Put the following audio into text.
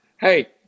Hey